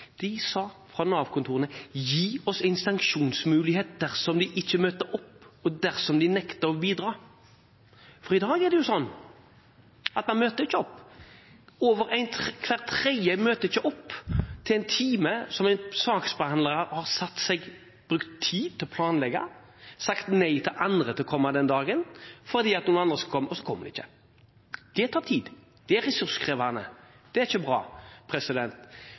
de: Gi oss en sanksjonsmulighet dersom man ikke møter opp, og dersom man nekter å bidra. For i dag er det jo sånn at man møter ikke opp. Mer enn hver tredje møter ikke opp til en time som en saksbehandler har brukt tid på å planlegge, og sagt nei til andre som ville komme den dagen, fordi noen andre skulle komme – og så kommer de ikke. Det tar tid. Det er ressurskrevende. Det er ikke bra.